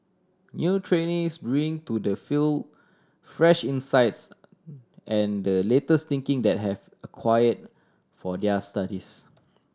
new trainees bring to the field fresh insights and the latest thinking that have acquire for their studies